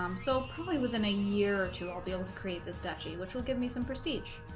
um so probably within a year or two i'll be able to create this duchy which will give me some prestige